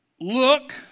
look